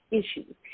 issues